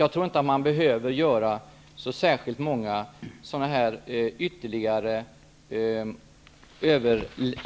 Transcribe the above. Jag tror inte att man behöver göra särskilt många sådana ytterligare